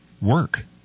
work